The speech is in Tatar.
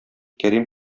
кәрим